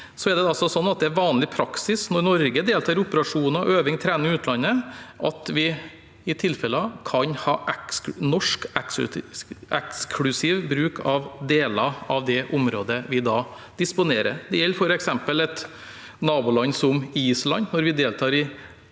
er det vanlig praksis når Norge deltar i operasjoner, øving og trening i utlandet, at vi i tilfeller kan ha eksklusiv norsk bruk av deler av det området vi da disponerer. Det gjelder f.eks. et naboland som Island. Når vi deltar i Iceland